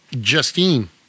Justine